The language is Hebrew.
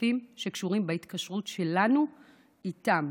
הכספים שקשורים בהתקשרות שלנו איתם.